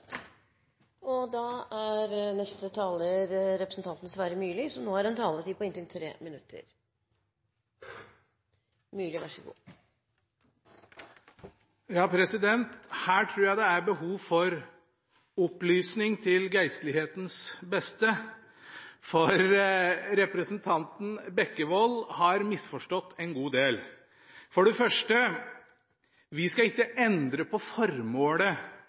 har en taletid på inntil 3 minutter. Her trur jeg det er behov for opplysning til geistlighetens beste, for representanten Bekkevold har misforstått en god del. For det første skal vi ikke endre på formålet for Opplysningsvesenets fond. Vi skal heller ikke – slik Bekkevold påsto – endre på